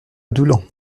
doullens